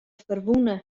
ferwûne